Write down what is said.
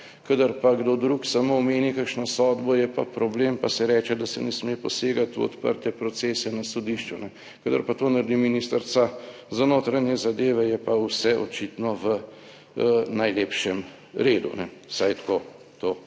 Kadar pa kdo drug samo omeni kakšno sodbo, je pa problem, pa se reče, da se ne sme posegati v odprte procese na sodišču. Kadar pa to naredi ministrica za notranje zadeve, je pa vse očitno v najlepšem redu. Vsaj tako to